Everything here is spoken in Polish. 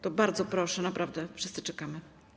To bardzo proszę, naprawdę wszyscy czekamy.